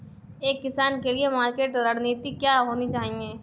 एक किसान के लिए मार्केटिंग रणनीति क्या होनी चाहिए?